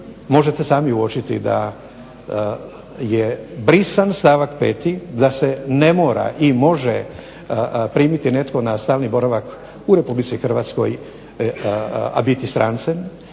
možete sami uočiti da je brisan stavak 5. da se ne mora i može primiti netko na stalni boravak u Republici Hrvatskoj, a biti strancem